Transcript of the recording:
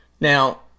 Now